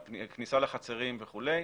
הכניסה לחצרים וכו',